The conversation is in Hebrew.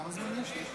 כמה זמן יש לי?